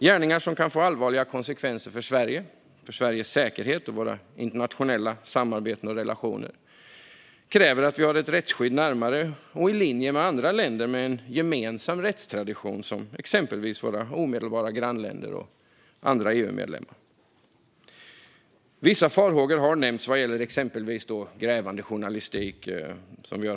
Gärningar som kan få allvarliga konsekvenser för Sverige, Sveriges säkerhet och våra internationella samarbeten och relationer kräver att vi har ett rättsskydd närmare och i linje med det i andra länder med en gemensam rättstradition, exempelvis våra omedelbara grannländer och andra EU-medlemmar. Vissa farhågor har nämnts vad gäller exempelvis grävande journalistik.